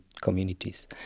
communities